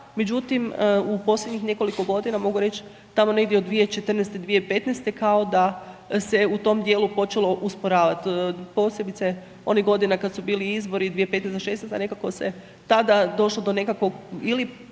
međutim, u posljednjih nekoliko godina mogu reći tamo negdje od 2014., 2015. kao da se u tom dijelu počelo usporavati posebice onih godina kada su bili izbori 2015., 2016. nekako se tada došlo do nekakvog ili